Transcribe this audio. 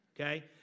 Okay